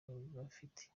babifitiye